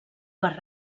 per